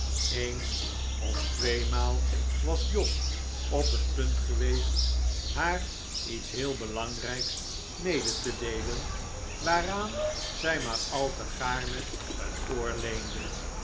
eens of tweemaal was jos op het punt geweest haar iets heel belangrijks mede te deelen waaraan zij maar al te gaarne een oor leende